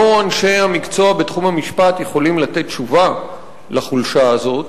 לא אנשי המקצוע בתחום המשפט יכולים לתת תשובה לחולשה הזאת,